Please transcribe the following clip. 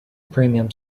premium